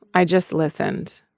i just listened.